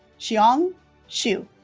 zhiyong zhu